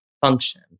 function